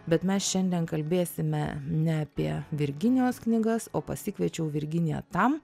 bet mes šiandien kalbėsime ne apie virginijos knygas o pasikviečiau virginiją tam